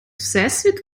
всесвіт